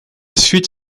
suite